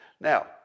Now